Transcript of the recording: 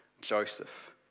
Joseph